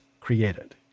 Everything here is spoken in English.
created